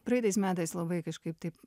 praeitais metais labai kažkaip taip